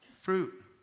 fruit